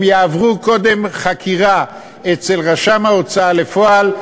הם יעברו קודם חקירה אצל רשם ההוצאה לפועל,